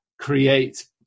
create